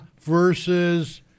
versus